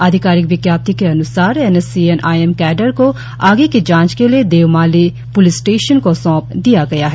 आधिकारिक विज्ञप्ति के अन्सार N S C N I M cadre को आगे की जांच के लिए देवमाली प्लिस स्टेशन को सौंप दिया गया है